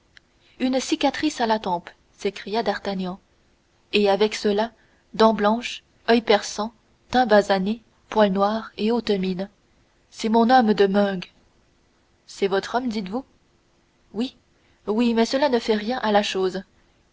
une cicatrice à la tempe s'écria d'artagnan et avec cela dents blanches oeil perçant teint basané poil noir et haute mine c'est mon homme de meung c'est votre homme dites-vous oui oui mais cela ne fait rien à la chose